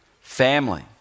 family